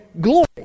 glory